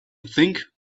think